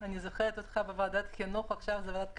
אני זוכרת אותך עוד מוועדת החינוך ועכשיו זה ועדת הכלכלה.